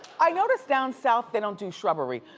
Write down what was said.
i notice down south they don't do shrubbery,